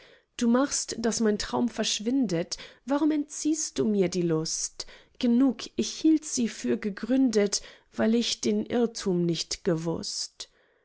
du machest daß mein traum verschwindet warum entziehst du mir die lust genug ich hielt sie für gegründet weil ich den irrtum nicht gewußt